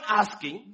asking